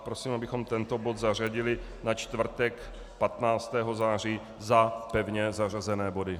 Prosím, abychom tento bod zařadili na čtvrtek 15. září za pevně zařazené body.